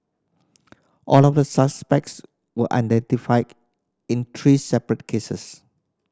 all of the suspects were identified in three separate cases